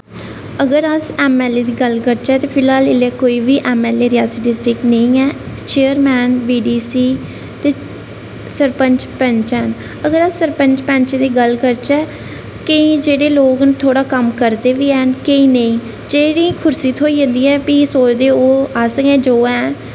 अगर अस M L A दी गल्ल करचै ते फिलहाल इल्लै कोई बी M L A Reasi district बिच्च निं ऐ चैयरमैन बी डी सी ते सरपैंच पैंच हैन अगर अस सरपैंच पैंच दी गल्ल करचै केईं जेह्ड़े लोक न थोह्ड़ा कम्म करदे बी हैन केईं नेईं ते जिनेंगी कुर्सी थ्होई जंदी ऐ ते भी सोचदे ओह् अस गै जो हैन